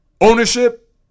ownership